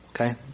Okay